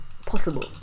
possible